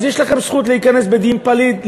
אז יש לכם זכות להיכנס בדין פליט.